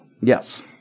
Yes